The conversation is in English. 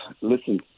listen